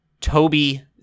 Toby